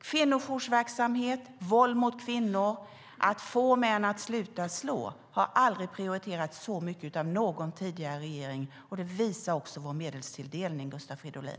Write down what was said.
Kvinnojoursverksamhet och arbetet när det gäller våld mot kvinnor och att få män att sluta slå har aldrig prioriterats så här mycket av någon tidigare regering. Det visar också vår medelstilldelning, Gustav Fridolin.